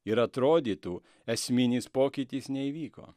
ir atrodytų esminis pokytis neįvyko